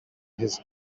his